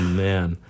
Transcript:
man